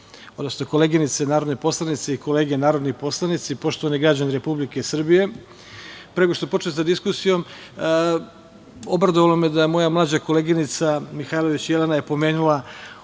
poštovane koleginice i kolege narodni poslanici, poštovani građani Republike Srbije, pre nego što počnem sa diskusijom, obradovalo me je da moja mlađa koleginica Mihajlović Jelena je pomenula